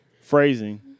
Phrasing